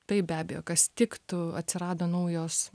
taip be abejo kas tiktų atsirado naujos